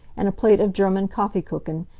and a plate of german kaffeekuchen,